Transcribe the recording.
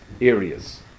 areas